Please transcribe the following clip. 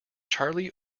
charlie